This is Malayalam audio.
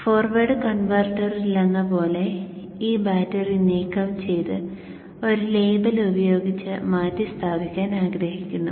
ഫോർവേഡ് കൺവെർട്ടറിലെന്നപോലെ ഈ ബാറ്ററി നീക്കംചെയ്ത് ഒരു ലേബൽ ഉപയോഗിച്ച് മാറ്റിസ്ഥാപിക്കാൻ ആഗ്രഹിക്കുന്നു